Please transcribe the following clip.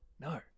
no